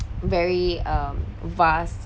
very um vast